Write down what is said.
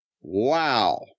Wow